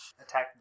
attack